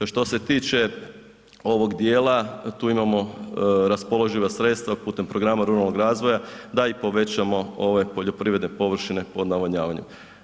Što se tiče ovog djela, tu imamo raspoloživa sredstva putem programa ruralnog razvoja da i povećamo ove poljoprivredne površine pod navodnjavanjem.